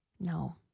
No